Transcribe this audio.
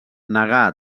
negà